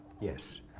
Yes